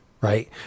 right